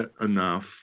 enough